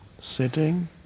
sitting